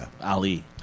Ali